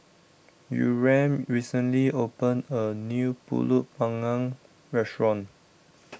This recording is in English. Yurem recently opened a new Pulut Panggang restaurant